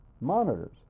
monitors